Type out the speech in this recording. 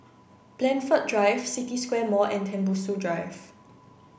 Blandford Drive City Square Mall and Tembusu Drive